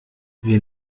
wir